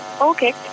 Okay